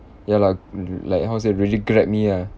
ya lah l~ like how to say really grabbed me ah